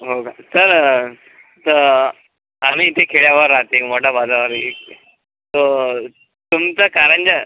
हो का सर तर आम्ही इथे खेड्यावर राहते मोठा बाजार आहे तर तुमचा कारंजा